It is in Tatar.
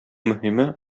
мөһиме